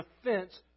offense